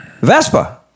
Vespa